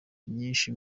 nyinshi